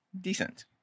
decent